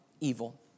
evil